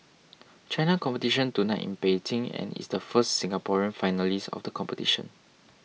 China competition tonight in Beijing and is the first Singaporean finalist of the competition